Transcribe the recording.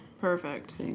perfect